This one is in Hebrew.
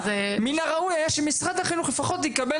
מין הראוי היה שמשרד החינוך לפחות יקבל